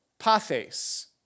pathes